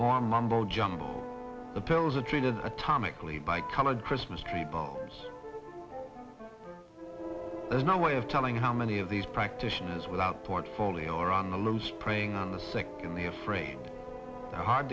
more mumbo jumbo the pills are treated atomically by colored christmas tree there's no way of telling how many of these practitioners without portfolio or on the loose preying on the sick in the afraid tha